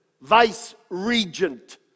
vice-regent